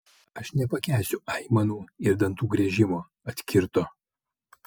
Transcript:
aš nepakęsiu aimanų ir dantų griežimo atkirto